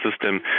system